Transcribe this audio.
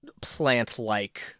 plant-like